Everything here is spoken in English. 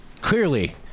clearly